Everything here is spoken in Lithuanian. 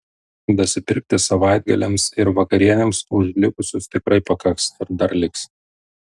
dasipirkti savaitgaliams ir vakarienėms už likusius tikrai pakaks ir dar liks